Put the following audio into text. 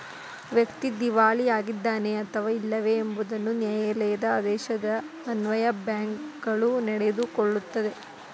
ವ್ಯಕ್ತಿ ದಿವಾಳಿ ಆಗಿದ್ದಾನೆ ಅಥವಾ ಇಲ್ಲವೇ ಎಂಬುದನ್ನು ನ್ಯಾಯಾಲಯದ ಆದೇಶದ ಅನ್ವಯ ಬ್ಯಾಂಕ್ಗಳು ನಡೆದುಕೊಳ್ಳುತ್ತದೆ